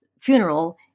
funeral